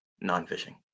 non-fishing